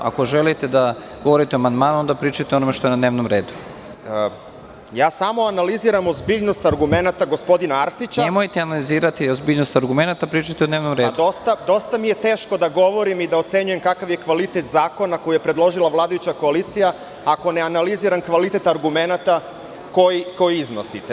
Ako želite da govorite o amandmanu, onda pričajte o onome što je na dnevnom redu.) Ja samo analiziram ozbiljnost argumenata gospodina Arsića. (Predsednik: Nemojte analizirati ozbiljnost argumenata, pričajte o dnevnom redu.) Dosta mi je teško da govorim i da ocenjujem kakav je kvalitet zakona koji je predložila vladajuća koalicija, ako ne analiziram kvalitet argumenata koje iznosite.